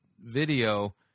video